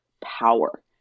power